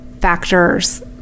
factors